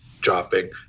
dropping